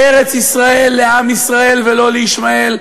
ארץ-ישראל לעם ישראל ולא לישמעאל.